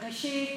ראשית,